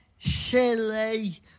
silly